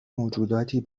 موجوداتی